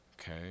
okay